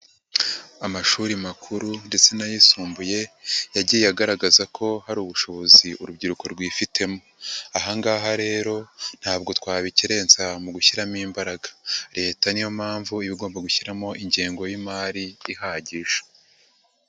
Amashuri makuru ndetse n'ayisumbuye, yagiye agaragaza ko hari ubushobozi urubyiruko rwifitemo. Aha ngaha rero ntabwo twabikerenza mu gushyiramo imbaraga. Leta niyo mpamvu iba igomba gushyiramo ingengo y'imari ihagije.